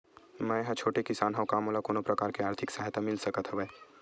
मै ह छोटे किसान हंव का मोला कोनो प्रकार के आर्थिक सहायता मिल सकत हवय?